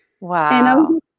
Wow